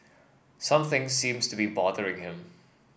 something seems to be bothering him